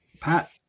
Pat